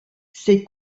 ses